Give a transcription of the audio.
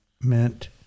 meant